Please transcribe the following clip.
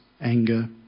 anger